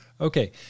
Okay